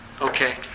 Okay